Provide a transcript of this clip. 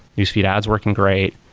newsfeed ads working great,